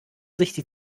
sich